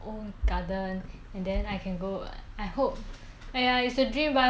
!aiya! it's a dream but I hope I can have my own plot of land so I can grow my own lemon trees